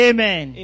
Amen